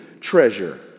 treasure